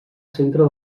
centre